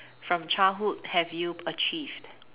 from childhood have you achieved